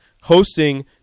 hosting